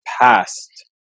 past